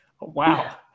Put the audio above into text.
Wow